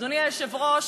אדוני היושב-ראש,